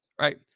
right